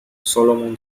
solomon